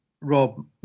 rob